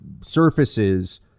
surfaces